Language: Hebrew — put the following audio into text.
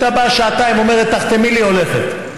היא הייתה באה לשעתיים, אומרת: תחתמי לי, והולכת.